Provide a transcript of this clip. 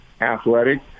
athletic